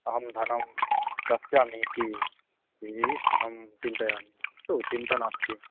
अहं धनं दास्यामि इति इती अहं चिन्तयामि अस्तु चिन्ता नास्ति